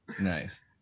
nice